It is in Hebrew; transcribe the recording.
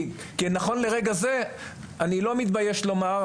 כי נכון לרגע זה אני לא מתבייש לומר,